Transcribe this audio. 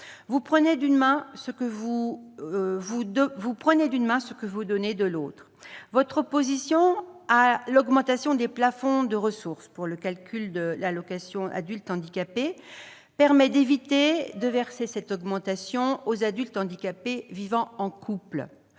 Vous prenez d'une main ce que vous donnez de l'autre. Votre opposition à l'augmentation des plafonds de ressources pour le calcul de l'AAH permet d'éviter de verser cette augmentation aux adultes handicapés en couple.